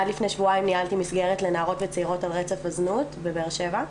עד לפני שבועיים ניהלתי מסגרת לנערות וצעירות על רצף הזנות בבאר שבע.